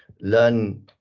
learn